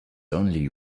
only